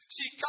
See